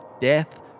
Death